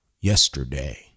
yesterday